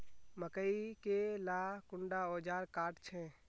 मकई के ला कुंडा ओजार काट छै?